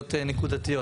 שאלות נקודתיות.